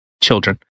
children